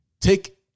Take